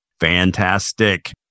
Fantastic